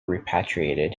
repatriated